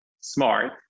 smart